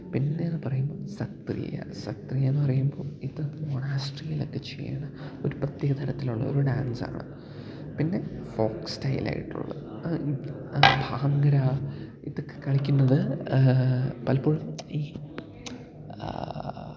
പിന്നേന്ന് പറയുമ്പോൾ സത്രിയ സത്രിയാന്ന് പറയുമ്പോൾ ഇതൊക്കെ മൊണാസ്ട്രിയിലൊക്കെ ചെയ്യണ ഒരു പ്രത്യേക തരത്തിലുള്ള ഒരു ഡാൻസാണ് പിന്നെ ഫോക്ക് സ്റ്റൈലായിട്ടുള്ളത് അത് ഈ ഭങ്കര ഇതൊക്കെ കളിക്കുന്നത് പലപ്പോഴും ഈ